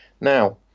Now